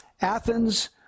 Athens